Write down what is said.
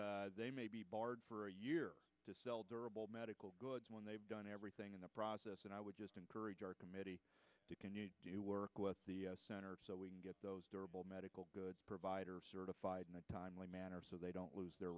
days they may be barred for a year to sell durable medical goods when they've done everything in the process and i would just encourage our committee do you work with the center so we can get those durable medical good provider certified in a timely manner so they don't lose their